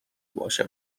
باشه